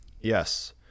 Yes